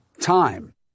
time